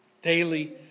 Daily